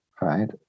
right